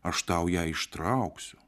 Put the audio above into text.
aš tau ją ištrauksiu